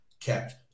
kept